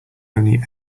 only